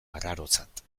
arrarotzat